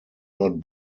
not